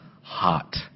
hot